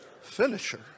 finisher